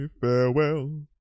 Farewell